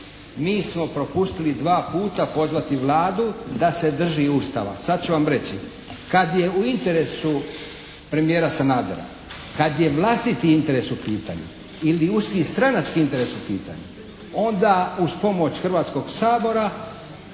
mi smo propustili dva puta pozvati Vladu da se drži Ustava. Sad ću vam reći. Kad je u interesu premijera Sanadera, kad je vlastiti interes u pitanju ili uski stranački interes u pitanju onda uz pomoć Hrvatskog sabora